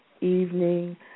evening